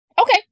Okay